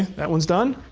that one's done.